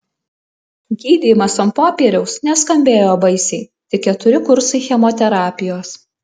gydymas ant popieriaus neskambėjo baisiai tik keturi kursai chemoterapijos